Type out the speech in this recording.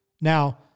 Now